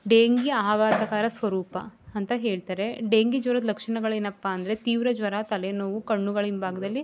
dengue ಆಘಾತಕರ ಸ್ವರೂಪ ಅಂತ ಹೇಳ್ತಾರೆ ಡೆಂಗಿ ಜ್ವರದ ಲಕ್ಷಣಗಳೇನಪ್ಪಾಂದರೆ ತೀವ್ರ ಜ್ವರ ತಲೆನೋವು ಕಣ್ಣುಗಳ ಹಿಂಭಾಗದಲ್ಲಿ